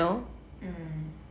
mm